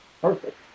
perfect